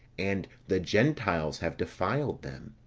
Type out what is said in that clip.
and the gentiles have defiled them.